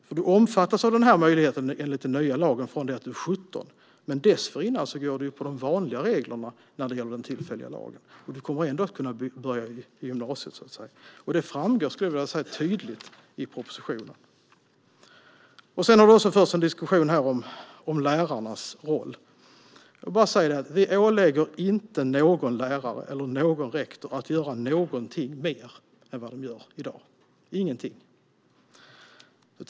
Man omfattas av denna möjlighet enligt den nya lagen från det att man är 17 år, men dessförinnan omfattas man av de vanliga reglerna när det gäller den tillfälliga lagen, och man kommer ändå att kunna börja gymnasiet. Jag skulle vilja säga att det tydligt framgår i propositionen. Det har förts en diskussion om lärarnas roll här. Jag vill bara säga att vi inte ålägger någon lärare eller någon rektor att göra någonting mer än vad de gör i dag - ingenting.